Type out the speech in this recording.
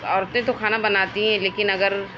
عورتیں تو کھانا بناتی ہیں لیکن اگر